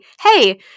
hey